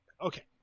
okay